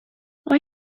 why